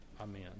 Amen